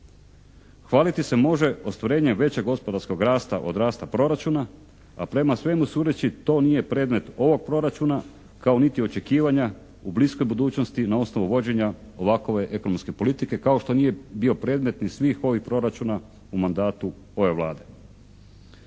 Hvaliti se može ostvarenjem većeg gospodarskog rasta od rasta proračuna, a prema svemu sudeći to nije predmet ovog proračuna kao niti očekivanja u bliskoj budućnosti na osnovu vođenja ovakove ekonomske politike, kao što nije bio predmet ni svih ovih proračuna u mandatu ove Vlade.